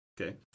Okay